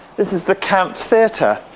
this is the camp theatre!